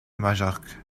majorque